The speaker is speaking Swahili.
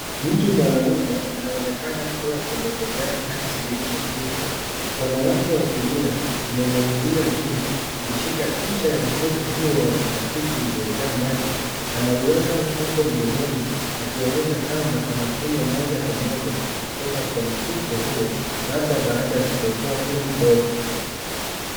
Mtu mwanaume anaonekana kutoka kwenye begani hadi sehemu ya kichwa. Mkono wake wa kulia umenyanyuliwa juu ukishika ncha ya mfuko huo wa plastiki uliojaa maji. Anauweka mfuko mdomoni akionyesha kama anakunywa moja kwa moja kutoka kwa mfuko huo labda baada ya kutoboa tundu ndogo.